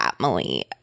family